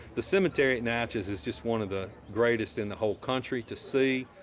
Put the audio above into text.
the cemetery at natchez is just one of the greatest in the whole country to see.